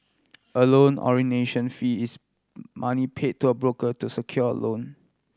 a loan fee is money paid to a broker to secure a loan